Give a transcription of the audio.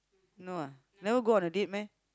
no ah never go on a date meh